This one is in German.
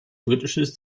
britische